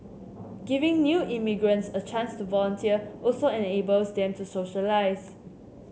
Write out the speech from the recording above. giving new immigrants a chance to volunteer also enables them to socialise